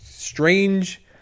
strange